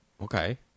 Okay